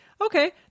okay